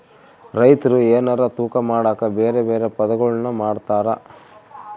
ರೈತ್ರು ಎನಾರ ತೂಕ ಮಾಡಕ ಬೆರೆ ಬೆರೆ ಪದಗುಳ್ನ ಮಾತಾಡ್ತಾರಾ